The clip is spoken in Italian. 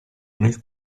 nel